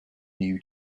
new